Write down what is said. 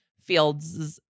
Fields